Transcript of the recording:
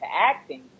acting